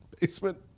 basement